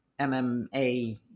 MMA